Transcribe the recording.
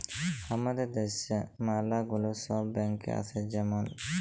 হামাদের দ্যাশে ম্যালা গুলা সব ব্যাঙ্ক আসে যেমল